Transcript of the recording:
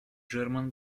german